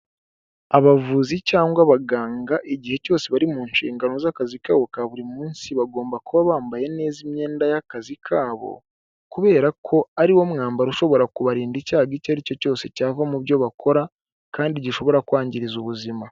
Abavuzi cyangwa abaganga igihe cyose bari mu nshingano z'akazi kabo kaburi munsi bagomba kuba bambaye neza imyenda y'akazi kabo kubera ko ari wo mwambaro ushobora kubarinda icyago icyo ari cyo cyose cyava mu byo bakora kandi gishobora kwangiza ubuzima.